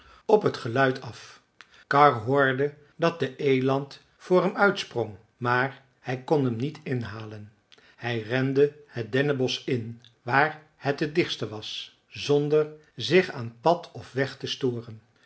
op het geluid af karr hoorde dat de eland voor hem uit sprong maar hij kon hem niet inhalen hij rende het dennenbosch in waar het t dichtste was zonder zich aan pad of weg te storen